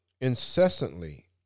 Incessantly